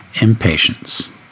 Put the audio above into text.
impatience